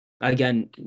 again